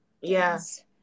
yes